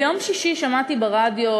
ביום שישי שמעתי ברדיו,